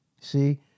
See